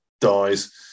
dies